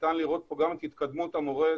ניתן לראות את התקדמות המורה,